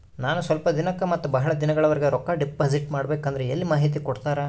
ನಾನು ಸ್ವಲ್ಪ ದಿನಕ್ಕ ಮತ್ತ ಬಹಳ ದಿನಗಳವರೆಗೆ ರೊಕ್ಕ ಡಿಪಾಸಿಟ್ ಮಾಡಬೇಕಂದ್ರ ಎಲ್ಲಿ ಮಾಹಿತಿ ಕೊಡ್ತೇರಾ?